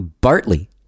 Bartley